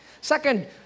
second